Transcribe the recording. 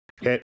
hit